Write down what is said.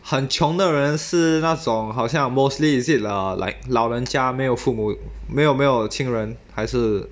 很穷的人是那种好像 mostly is it err like 老人家没有父母没有没有亲人还是